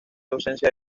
ausencia